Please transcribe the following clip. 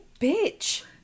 bitch